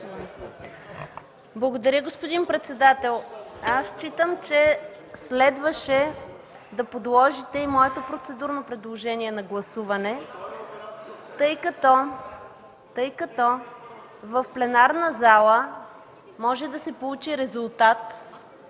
Благодаря, господин председател. Аз считам, че следваше да подложите и моето процедурно предложение на гласуване, тъй като в пленарната зала може да се получи резултат